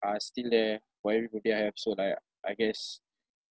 are still there for every birthday I have so like I guess